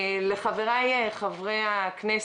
לחבריי חברי הכנסת,